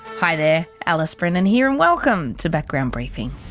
hi there, alice brennan here, and welcome to background briefing.